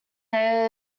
they